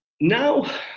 Now